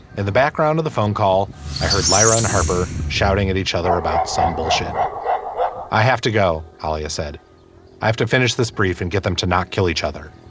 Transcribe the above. in the background of the phone call i heard lyra and harper shouting at each other about some bullshit i have to go holly said i have to finish this brief and get them to not kill each other.